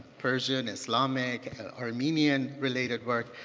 persian, islamic, armenian related work.